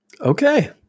Okay